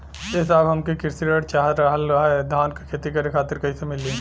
ए साहब हमके कृषि ऋण चाहत रहल ह धान क खेती करे खातिर कईसे मीली?